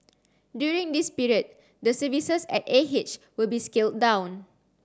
during this period the services at A H will be scaled down